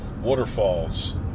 waterfalls